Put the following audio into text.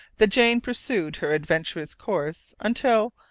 the jane pursued her adventurous course, until,